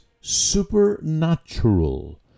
supernatural